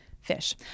fish